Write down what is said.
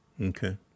Okay